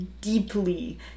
deeply